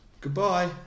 Goodbye